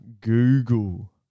Google